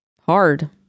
hard